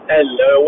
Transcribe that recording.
Hello